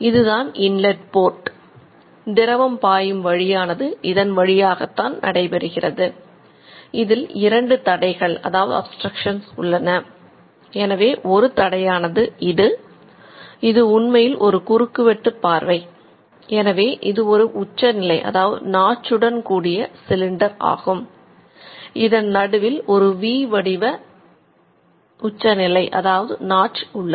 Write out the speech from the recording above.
இதுதான் inlet port உள்ளது